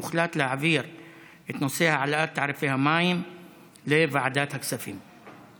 הוחלט להעביר את נושא העלאת תעריפי המים לוועדת הכספים.